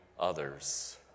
Others